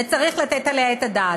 וצריך לתת עליה את הדעת.